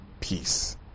peace